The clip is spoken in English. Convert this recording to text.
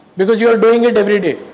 because you are doing it every day.